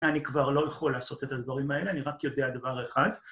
אני כבר לא יכול לעשות את הדברים האלה, אני רק יודע דבר אחד.